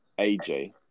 AJ